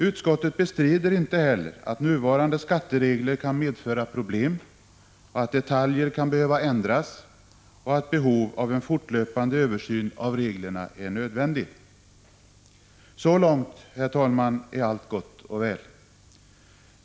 Utskottet bestrider inte heller att nuvarande skatteregler kan medföra problem, att detaljer kan behöva ändras och att behov av en fortlöpande översyn av reglerna är nödvändig. Så långt, herr talman, är allt gott och väl.